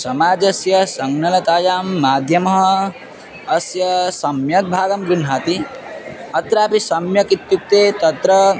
समाजस्य संलग्नतायां माध्यमः अस्य सम्यक् भागं गृह्णाति अत्रापि सम्यक् इत्युक्ते तत्र